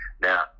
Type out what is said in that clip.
Now